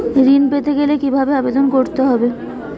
ঋণ পেতে গেলে কিভাবে আবেদন করতে হবে?